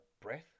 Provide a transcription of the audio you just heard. breath